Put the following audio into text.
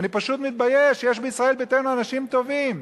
אני פשוט מתבייש, יש בישראל ביתנו אנשים טובים.